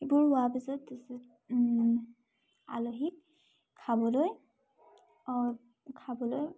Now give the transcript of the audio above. এইবোৰ হোৱাৰ পিছত আলহীক খাবলৈ খাবলৈ